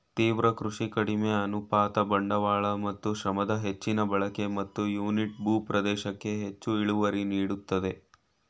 ತೀವ್ರ ಕೃಷಿ ಕಡಿಮೆ ಅನುಪಾತ ಬಂಡವಾಳ ಮತ್ತು ಶ್ರಮದ ಹೆಚ್ಚಿನ ಬಳಕೆ ಮತ್ತು ಯೂನಿಟ್ ಭೂ ಪ್ರದೇಶಕ್ಕೆ ಹೆಚ್ಚು ಇಳುವರಿ ನೀಡ್ತದೆ